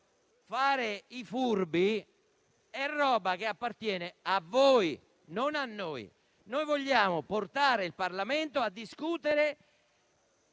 fare i furbi è roba che appartiene a voi, non a noi. Noi vogliamo portare il Parlamento a discutere